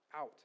out